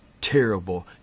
terrible